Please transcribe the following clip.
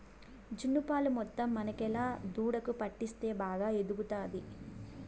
జున్ను పాలు మొత్తం మనకేలా దూడకు పట్టిస్తే బాగా ఎదుగుతాది